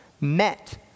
Met